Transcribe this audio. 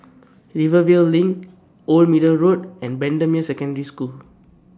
Rivervale LINK Old Middle Road and Bendemeer Secondary School